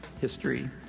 history